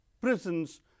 prisons